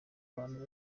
abantu